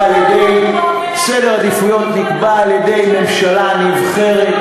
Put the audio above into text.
נקבע על-ידי הממשלה הנבחרת,